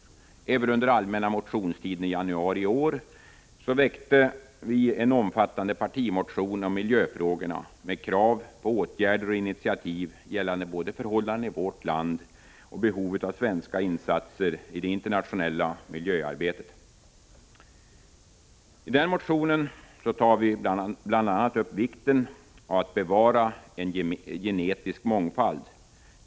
Även under allmänna motionstiden i januari i år väckte centern en omfattande partimotion om miljöfrågorna med krav på åtgärder och initiativ, gällande både förhållandena i vårt land och behovet av svenska insatser i det internationella miljöarbetet. I den motionen tar vi bl.a. upp vikten av att bevara en genetisk mångfald.